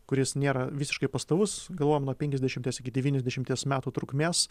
kuris nėra visiškai pastovus galvojom nuo penkiasdešimties iki devyniasdešimties metų trukmės